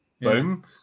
boom